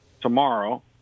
Tomorrow